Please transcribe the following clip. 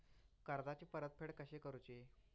कर्जाची परतफेड कशी करुची?